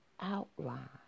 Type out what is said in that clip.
outline